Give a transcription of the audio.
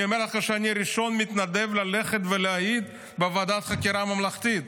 אני אומר לך שאני הראשון ללכת להתנדב ולהעיד בוועדת חקירה ממלכתית,